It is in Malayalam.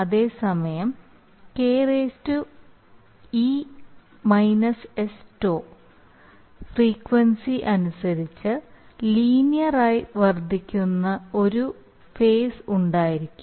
അതേസമയം ke sτ ഫ്രീക്വെൻസി അനുസരിച്ച് ലീനിയർ ആയി വർദ്ധിക്കുന്ന ഒരു ഫേസ് ഉണ്ടായിരിക്കും